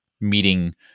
meeting